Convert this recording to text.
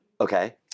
Okay